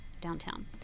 downtown